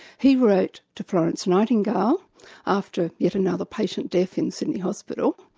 he wrote to florence nightingale after yet another patient death in sydney hospital.